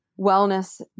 wellness